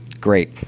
Great